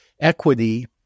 equity